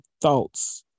thoughts